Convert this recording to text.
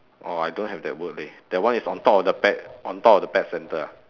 orh I don't have that word leh that one is on top of the pet on top of the pet centre ah